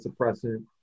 suppressant